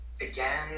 again